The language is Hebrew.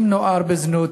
עם נוער בזנות,